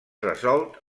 resolt